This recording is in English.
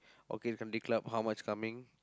orchid country club how much coming